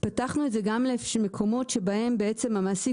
פתחנו את זה גם למקומות שבהם בעצם המעסיק